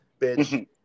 bitch